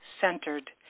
centered